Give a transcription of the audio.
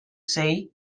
say